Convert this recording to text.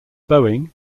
boeing